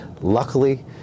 Luckily